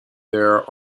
there